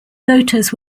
voters